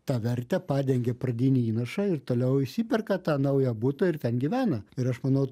tą vertę padengė pradinį įnašą ir toliau išsiperka tą naują butą ir ten gyvena ir aš manau